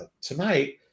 tonight